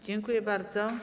Dziękuję bardzo.